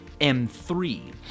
M3